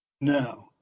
No